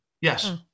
Yes